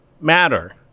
matter